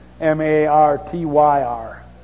m-a-r-t-y-r